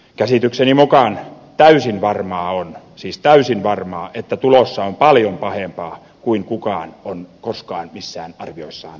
käsitykseni mukaan täysin varmaa on siis täysin varmaa että tulossa on paljon pahempaa kuin kukaan on koskaan missään arvioissaan esittänyt